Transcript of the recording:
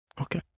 Okay